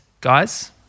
guys